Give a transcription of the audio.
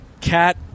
Cat